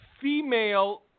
female